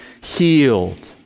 healed